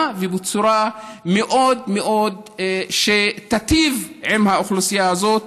ובצורה שמאוד מאוד תיטיב עם האוכלוסייה הזאת.